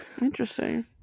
Interesting